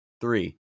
three